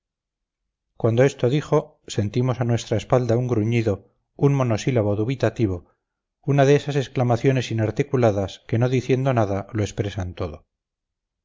cuando esto dijo sentimos a nuestra espalda un gruñido un monosílabo dubitativo una de esas exclamaciones inarticuladas que no diciendo nada lo expresan todo